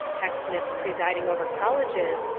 pecksniffs presiding over colleges,